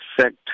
sect